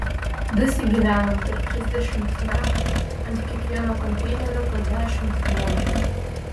dasigyvenom per trisdešimt metų ant kiekvieno konteinerio po dešimt bomžų